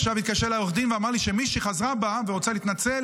עכשיו התקשר אליי עורך הדין ואמר לי שמישהי חזרה בה ורוצה להתנצל,